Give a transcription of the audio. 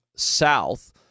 south